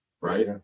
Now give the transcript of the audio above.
right